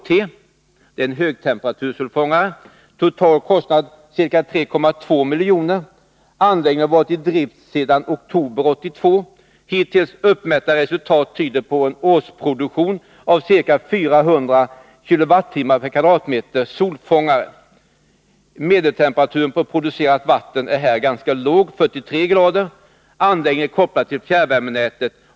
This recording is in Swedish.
Det är en högtemperatursolfångare. Total kostnad är ca 3,2 milj.kr. Anläggningen har varit i drift sedan oktober 1982. Hittills uppmätta resultat tyder på en årsproduktion av ca 400 kWh per m? solfångare. Medeltemperaturen på producerat vatten är här ganska låg, 43 grader. Anläggningen är kopplad till fjärrvärmenätet.